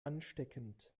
ansteckend